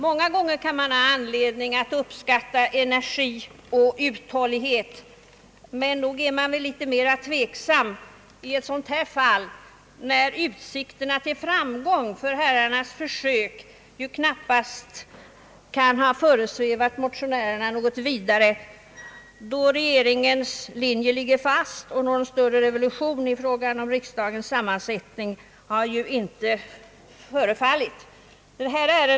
Många gånger kan man väl ha anledning att uppskatta energi och uthållighet, men nog är man mera tveksam i detta fall. Någon utsikt till framgång kan ju knappast ha föresvävat motionärerna, eftersom regeringens linje ligger fast och någon större revolution i fråga om riksdagens sammansättning inte skett.